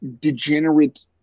degenerate